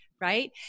right